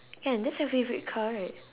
ya that's your favourite car right